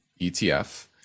ETF